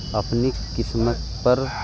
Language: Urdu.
اپنی قسمت پر